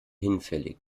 hinfällig